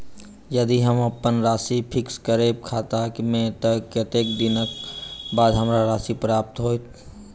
यदि हम अप्पन राशि फिक्स करबै खाता मे तऽ कत्तेक दिनक बाद हमरा राशि प्राप्त होइत?